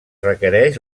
requereix